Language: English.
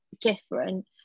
different